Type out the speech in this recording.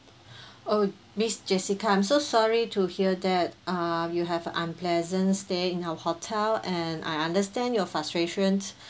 oh miss jessica I'm so sorry to hear that uh you have unpleasant stay in our hotel and I understand your frustrations